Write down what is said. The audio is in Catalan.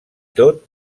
tot